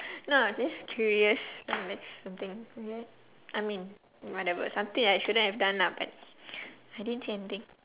no just curious that's something weird I mean whatever something I shouldn't have done lah but I didn't see anything